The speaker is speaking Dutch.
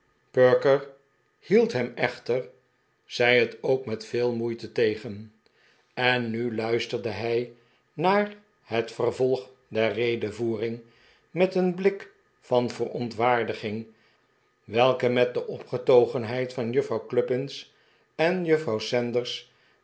perker hield hem echter zij het ook met veel moeite tegen en nu luisterde hij naar het vervolg der redevoering met een blik van verontwaardiging welke met de opgetogenheid van juffrouw cluppins en juffrouw sanders